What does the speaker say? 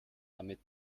damit